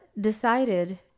decided